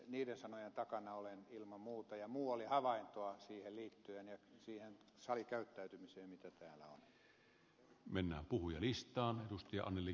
niiden sanojen takana olen ilman muuta ja muu oli havaintoa siihen liittyen ja siihen salikäyttäytymiseen mitä täällä on